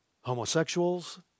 homosexuals